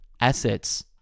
assets